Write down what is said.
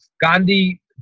Gandhi